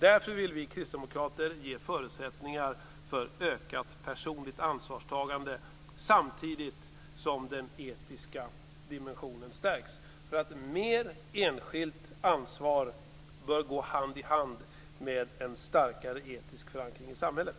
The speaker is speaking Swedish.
Därför vill vi kristdemokrater ge förutsättningar för ökat personligt ansvarstagande samtidigt som den etiska dimension stärks. Mer enskilt ansvar bör gå hand i hand med en starkare etisk förankring i samhället.